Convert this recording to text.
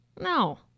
no